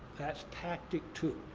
that's tactic two.